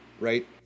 right